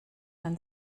ein